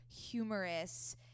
humorous